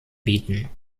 bieten